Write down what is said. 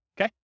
Okay